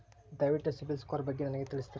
ದಯವಿಟ್ಟು ಸಿಬಿಲ್ ಸ್ಕೋರ್ ಬಗ್ಗೆ ನನಗೆ ತಿಳಿಸ್ತೀರಾ?